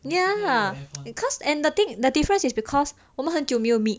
ya lah and cause and the thing is the difference is because 我们很久没有 meet